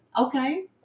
Okay